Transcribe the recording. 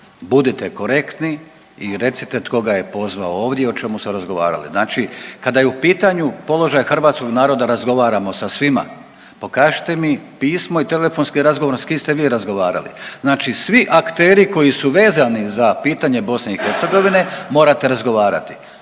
budite korektni i recite tko je pozvao ovdje i o čemu su razgovarali. Znači kada je u pitanju položaj hrvatskog naroda razgovaramo sa svima. Pokažite mi pismo i telefonski razgovor s kim ste vi razgovarali. Znači svi akteri koji su vezani za pitanje BiH morate razgovarati.